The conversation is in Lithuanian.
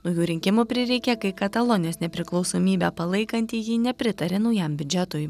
naujų rinkimų prireikė kai katalonijos nepriklausomybę palaikantieji nepritarė naujam biudžetui